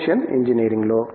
ocean ఇంజనీరింగ్లో